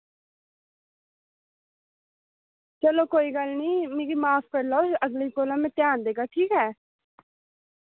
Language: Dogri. चलो कोई गल्ल नी मिकी माफ कर लाओ अगली कोला मैं ध्यान देगा ठीक ऐ